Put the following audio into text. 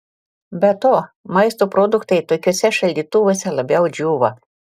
be to maisto produktai tokiuose šaldytuvuose labiau džiūva